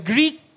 Greek